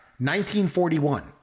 1941